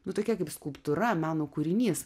nu tokia kaip skulptūra meno kūrinys